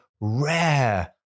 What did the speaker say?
rare